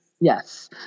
Yes